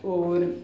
होर